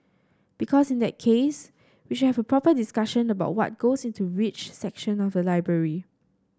because in that case we should have a proper discussion about what goes into which section of the library